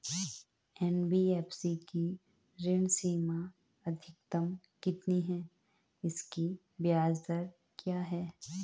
NBFC की ऋण सीमा अधिकतम कितनी है इसकी ब्याज दर क्या है?